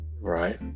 Right